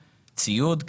ציוד,